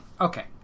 okay